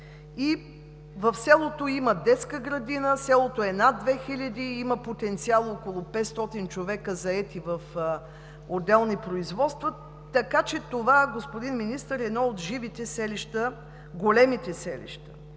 В селото има детска градина. Селото е над 2 хиляди жители и има потенциал около 500 човека, заети в отделни производства. Така че, господин Министър, това е едно от живите селища, големите селища.